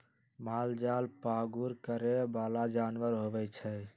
मालजाल पागुर करे बला जानवर होइ छइ